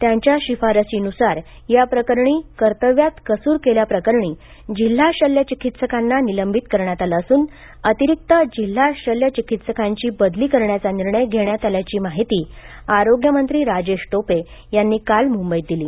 त्यांच्या शिफारशीनुसार या प्रकरणी कर्तव्यात कसूर केल्याप्रकरणी जिल्हा शल्य चिकित्सकांना निलंबित करण्यात आले असून अतिरिक्त जिल्हा शल्य चिकित्सकांची बदली करण्याचा निर्णय घेण्यात आल्याची माहिती आरोग्यमंत्री राजेश टोपे यांनी काल मुंबईत दिली